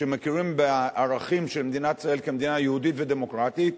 שמכירים בערכים של מדינת ישראל כמדינה יהודית ודמוקרטית,